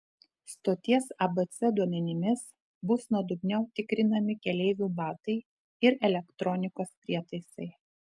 stoties abc duomenimis bus nuodugniau tikrinami keleivių batai ir elektronikos prietaisai